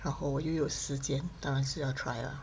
然后我又有时间当然是要 try ah